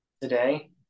today